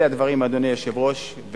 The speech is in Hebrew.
אלה הדברים, אדוני היושב-ראש.